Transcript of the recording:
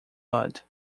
mud